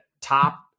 top